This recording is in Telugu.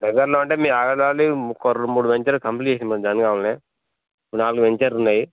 వెదర్లో అంటే మూడు వెంచర్ కంప్లీట్ చేసినం నాలుగు వెంచర్లున్నాయి